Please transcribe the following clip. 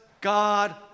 God